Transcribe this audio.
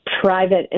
private